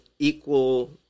equal